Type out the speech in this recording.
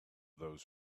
those